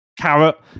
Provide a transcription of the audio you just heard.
carrot